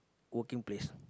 working place